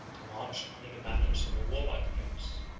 to march under the banners of a warlike prince,